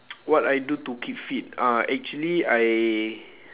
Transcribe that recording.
what I do to keep fit uh actually I